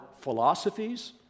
philosophies